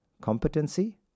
competency